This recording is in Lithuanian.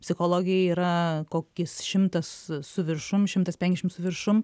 psichologijai yra kokis šimtas su viršum šimtas penkiasdešimt viršum